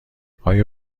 آیا